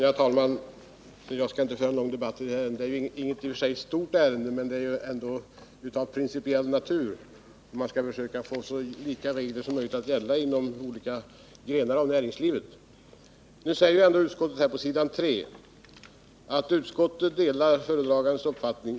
Herr talman! Jag skall inte föra någon lång debatt i det här ärendet. I och för sig är det inte någon stor fråga, men den är av principiell natur, och man bör sträva efter att få så lika regler som möjligt att gälla inom olika delar av näringslivet. ”Utskottet delar föredragandens uppfattning.